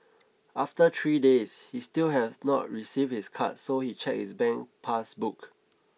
after three days he still had not received his card so he checked his bank pass book